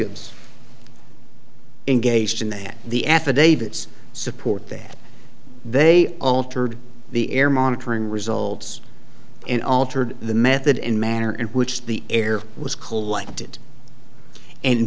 bs engaged in that the affidavits support that they altered the air monitoring results and altered the method and manner in which the air was collected and